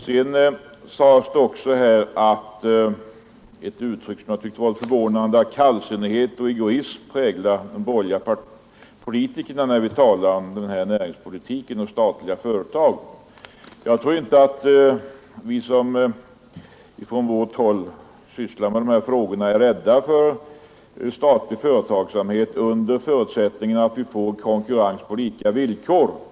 Sedan förekom det här ett uttryck som jag tyckte var förvånande, nämligen att kallsinnighet och egoism skulle prägla de borgerliga politikerna när vi talar om näringspolitiken och om statliga företag. Jag tror inte att vi som sysslar med dessa frågor är rädda för statlig företagsamhet, under förutsättning att det blir en konkurrens på lika villkor.